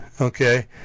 Okay